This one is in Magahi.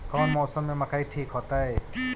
कौन मौसम में मकई ठिक होतइ?